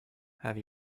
have